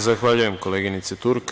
Zahvaljujem koleginice Turk.